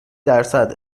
درصد